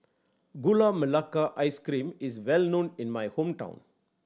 Gula Melaka Ice Cream is well known in my hometown